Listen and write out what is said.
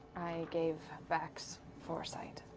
gave vax foresight.